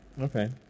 okay